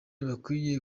bakwiye